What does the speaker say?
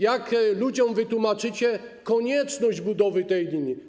Jak ludziom wytłumaczycie konieczność budowy tej linii?